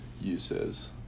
uses